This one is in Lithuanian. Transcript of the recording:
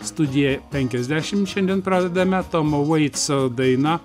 studija penkiasdešimt šiandien pradedame tomo veits daina